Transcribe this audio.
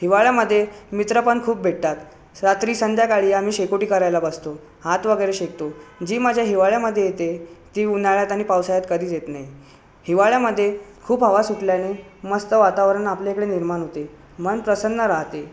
हिवाळ्यामधे मित्रपण खूप भेटतात रात्री संध्याकाळी आम्ही शेकोटी करायला बसतो हात वगैरे शेकतो जी मजा हिवाळ्यामधे येते ती उन्हाळ्यात आणि पावसाळ्यात कधीच येत नाही हिवाळ्यामधे खूप हवा सुटल्याने मस्त वातावरण आपल्याइकडे निर्माण होते मन प्रसन्न राहते